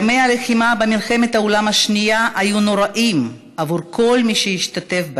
ימי הלחימה במלחמת העולם השנייה היו נוראיים עבור כל מי שהשתתף בהם,